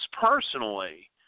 personally